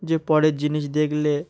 যে পরের জিনিস দেখলে